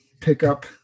pickup